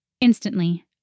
Instantly